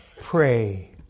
pray